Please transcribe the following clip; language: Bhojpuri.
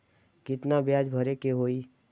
कितना ब्याज भरे के होई?